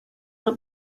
will